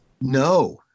No